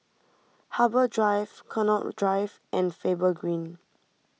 Harbour Drive Connaught Drive and Faber Green